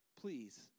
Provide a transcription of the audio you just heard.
please